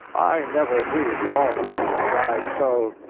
i never knew the almanac to drag so.